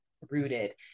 rooted